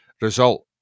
result